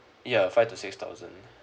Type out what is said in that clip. ya five to six thousand